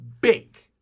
big